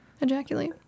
ejaculate